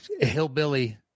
hillbilly